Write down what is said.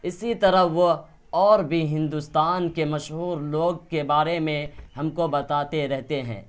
اسی طرح وہ اور بھی ہندوستان کے مشہور لوگ کے بارے میں ہم کو بتاتے رہتے ہیں